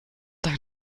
dein